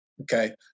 okay